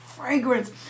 fragrance